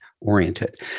oriented